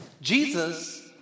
Jesus